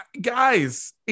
guys